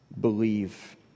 believe